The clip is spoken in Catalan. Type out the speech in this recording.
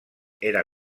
era